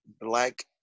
black